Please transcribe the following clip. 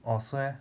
orh 是 meh